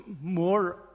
more